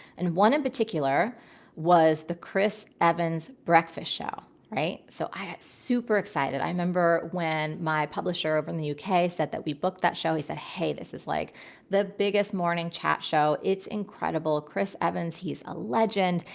and one in particular was the chris evans breakfast show, right? so i am super excited. i remember when my publisher over in the uk said that that we booked that show. he said, hey, this is like the biggest morning chat show. it's incredible. chris evans, he's a legend.